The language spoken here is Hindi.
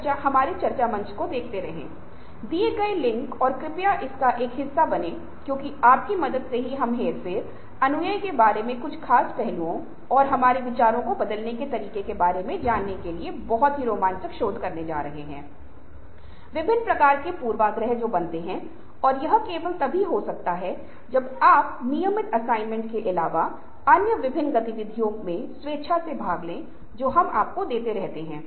सामाजिक वातावरण से आप अपने रिश्तेदारों और अपने करीबी दोस्तों के साथ अपने परिवार के सदस्यों के साथ दूसरों के साथ संबंध स्थापित करने की कृषि कर सकते हैं